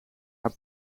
haar